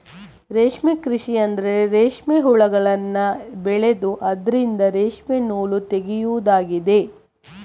ರೇಷ್ಮೆ ಕೃಷಿ ಅಂದ್ರೆ ರೇಷ್ಮೆ ಹುಳಗಳನ್ನ ಬೆಳೆದು ಅದ್ರಿಂದ ರೇಷ್ಮೆ ನೂಲು ತೆಗೆಯುದಾಗಿದೆ